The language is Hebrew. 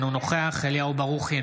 אינו נוכח אליהו ברוכי,